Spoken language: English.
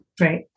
Right